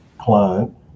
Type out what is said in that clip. client